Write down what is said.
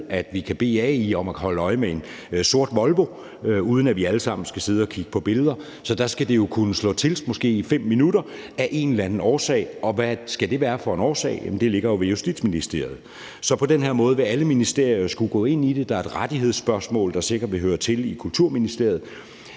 ned kan bede AI om at holde øje med en sort Volvo, uden at vi alle sammen skal sidde og kigge på billeder. Så der skal det jo kunne slås til i måske 5 minutter af en eller anden årsag. Og hvad skal det være for en årsag? Jamen det ligger jo hos Justitsministeriet. Så på den her måde vil alle ministerier skulle gå ind i det. Der er et rettighedsspørgsmål, der sikkert vil høre til i Kulturministeriet.